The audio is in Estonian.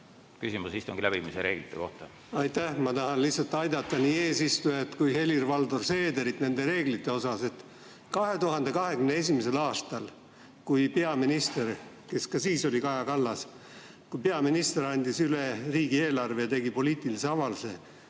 küsimus istungi läbiviimise reeglite kohta. Aitäh! Ma tahan lihtsalt aidata nii eesistujat kui ka Helir-Valdor Seedrit nende reeglite osas. 2021. aastal, kui peaminister, kes ka siis oli Kaja Kallas, andis üle riigieelarve ja tegi poliitilise avalduse,